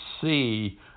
see